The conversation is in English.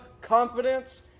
confidence